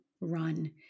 run